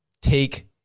Take